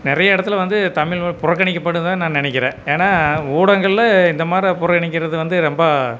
நிறையா இடத்துல வந்து தமிழ் மொழி புறக்கணிக்கப்படுதுன்னு தான் நான் நினக்கிறேன் ஏன்னா ஊடகங்களில் இந்த மாதிரி புறக்கணிக்கிறது வந்து ரொம்ப